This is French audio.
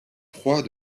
froid